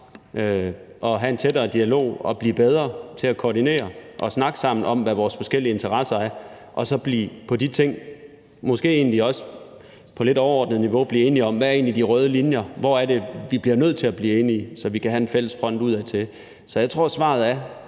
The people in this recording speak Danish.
og have en tættere dialog og blive bedre til at koordinere og snakke sammen om, hvad vores forskellige interesser er, og i forhold til de ting så måske egentlig også på et lidt overordnet niveau blive enige om, hvad linjerne er, og hvor det er, vi er nødt til at blive enige, så vi kan have en fælles front udadtil. Så jeg tror, at svaret er,